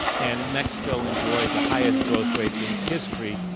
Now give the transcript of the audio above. and mexico enjoyed the highest growth rates in its history,